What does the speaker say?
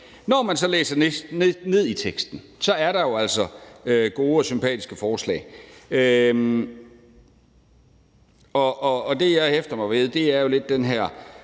når man så læser ned i teksten, er der jo altså gode og sympatiske forslag i det, og det, jeg hæfter mig ved, er den her